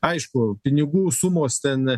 aišku pinigų sumos ten